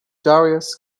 darius